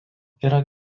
yra